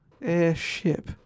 Airship